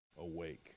awake